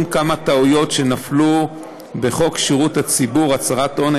כמה טעויות שנפלו בחוק שירות הציבור (הצהרת הון),